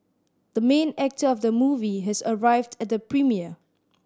the main actor of the movie has arrived at the premiere